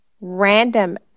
random